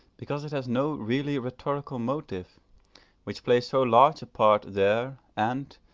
because it has no really rhetorical motive which plays so large a part there, and,